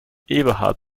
eberhard